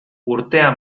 urtea